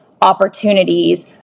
opportunities